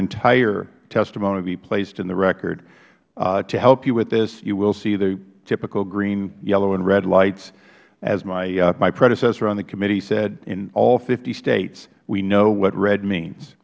entire testimony will be placed in the record to help you with this you will see the typical green yellow and red lights as my predecessor on the committee said in all fifty states we know what red means